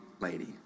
lady